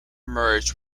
merged